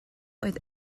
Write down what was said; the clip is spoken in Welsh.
oedd